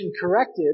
corrected